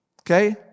Okay